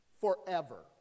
forever